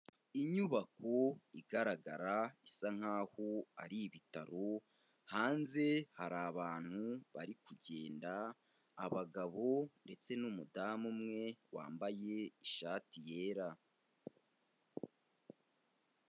Inyubako igaragara isa nkaho ari ibitaro, hanze hari abantu bari kugenda, abagabo ndetse n'umudamu umwe wambaye ishati yera.